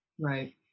Right